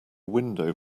window